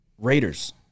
Raiders